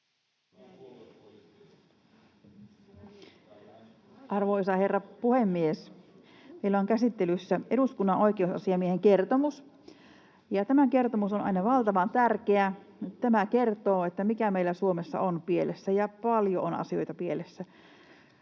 Arvoisa herra puhemies! Meillä on käsittelyssä eduskunnan oikeusasiamiehen kertomus. Tämä kertomus on aina valtavan tärkeä. Tämä kertoo, mikä meillä Suomessa on pielessä, ja paljon on asioita pielessä.